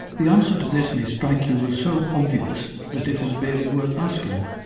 the answer to this may strike you as so obvious that it is barely worth asking.